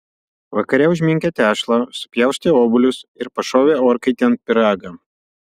vakare užminkė tešlą supjaustė obuolius ir pašovė orkaitėn pyragą